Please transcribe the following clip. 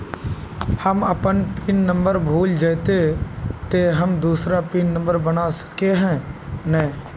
हम अपन pin number भूल जयबे ते हम दूसरा पिन नंबर बना सके है नय?